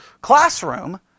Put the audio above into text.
classroom